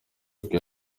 nibwo